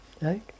Right